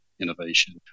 innovation